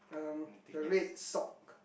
um a red sock